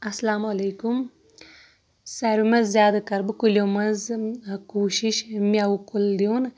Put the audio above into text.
اَسلامُ علیکُم ساروٕے منٛزٕ زیادٕ کَرٕ بہٕ کُلیو منٛز کوٗشِش میوٕ کُل دیُٚن